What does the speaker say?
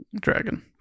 Dragon